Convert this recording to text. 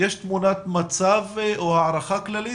יש תמונת מצב או הערכה כללית?